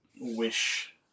wish